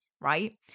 right